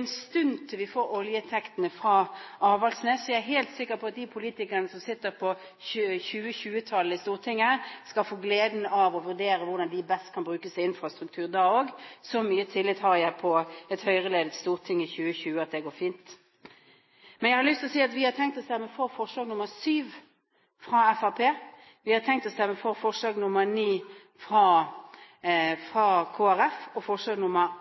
en stund til vi får oljeinntektene fra Avaldsnes, og jeg er helt sikker på at de politikerne som sitter i Stortinget på 2020-tallet, skal få gleden av å vurdere hvordan inntektene best kan brukes til infrastruktur da også. Så mye tillit har jeg til et Høyre-ledet storting i 2020 at det går fint! Vi har tenkt å stemme for forslag nr. 7, fra Fremskrittspartiet, og for forslagene nr. 9 og 11, fra Kristelig Folkeparti. Når vi ikke stemmer